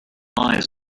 lies